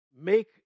make